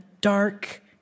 dark